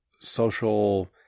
social